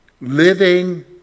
living